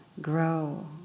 grow